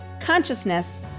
consciousness